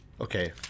Okay